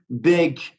big